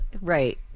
Right